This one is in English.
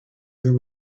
there